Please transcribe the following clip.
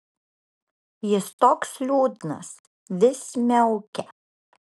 jis toks liūdnas vis miaukia